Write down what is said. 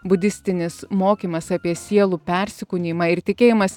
budistinis mokymas apie sielų persikūnijimą ir tikėjimas